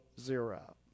zero